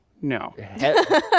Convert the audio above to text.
no